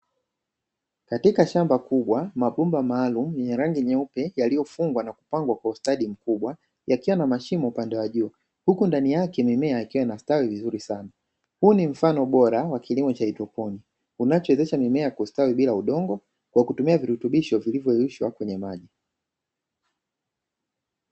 Katika shamba kubwa mabomba maalumu yenye rangi nyeupe yaliyofungwa na kupangwa kwa ustadi mkubwa, yakiwa na mashimo upande wa juu huku ndani yake mimea ikiwa inastawi vizuri sana. Huu ni mfano bora wa kilimo cha haidroponi unaowezesha mimea kustawi bila udongo kwa kutumia virutubisho vilishwa kwenye maji.